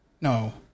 No